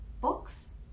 books